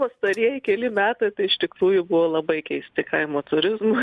pastarieji keli metai tai iš tikrųjų buvo labai keisti kaimo turizmui